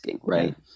right